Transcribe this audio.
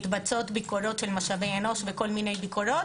מתבצעות ביקורות של משאבי אנוש וכל מיני ביקורות.